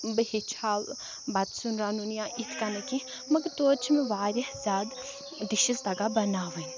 بہٕ ہیٚچھہاو بَتہٕ سیُن رَنُن یا اِتھ کَنہٕ کیٚنٛہہ مگر توتہِ چھِ مےٚ وارِیاہ زیادٕ ڈِشِز تَگان بَناوٕنۍ